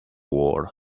war